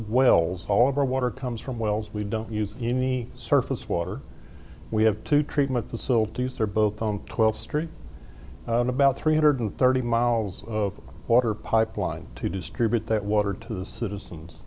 wells all of our water comes from wells we don't use any surface water we have to treatment the silt to serve both on twelfth street and about three hundred thirty miles of water pipeline to distribute that water to the citizens